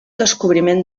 descobriment